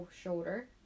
shoulder